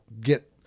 get